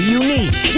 unique